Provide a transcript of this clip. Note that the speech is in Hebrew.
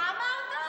מה אמרת?